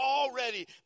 already